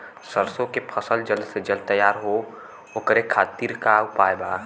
सरसो के फसल जल्द से जल्द तैयार हो ओकरे खातीर का उपाय बा?